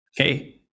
Okay